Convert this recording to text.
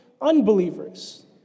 unbelievers